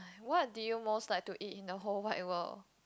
what did you most like to eat in the whole wide world